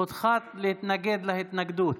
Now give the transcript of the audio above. זכותך להתנגד להתנגדות.